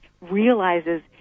realizes